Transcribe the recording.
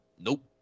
Nope